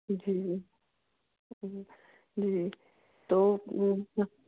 जी जी जी जी तो